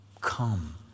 Come